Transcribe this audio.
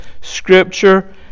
Scripture